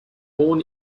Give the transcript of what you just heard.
born